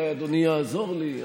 אולי אדוני יעזור לי,